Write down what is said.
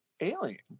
alien